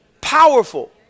Powerful